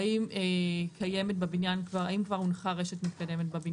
האם כבר הונחה רשת מתקדמת בבניין.